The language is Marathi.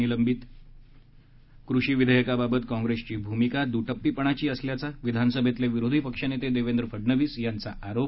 निलंबित कृषी विधेयकाबाबत काँप्रेसची भूमिका दुटप्पीपणाची असल्याचा विधानसभेतले विरोधी पक्षनेते देवेंद्र फडनवीस यांचा आरोप